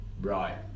Right